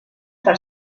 per